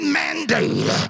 mandate